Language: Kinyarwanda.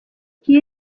iyi